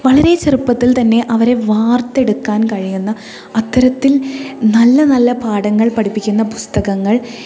വളരെ ചെറുപ്പത്തിൽ തന്നെ അവരെ വാർത്തെടുക്കാൻ കഴിയുന്ന അത്തരത്തിൽ നല്ല നല്ല പാഠങ്ങൾ പഠിപ്പിക്കുന്ന പുസ്തകങ്ങൾ